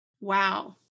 Wow